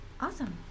Awesome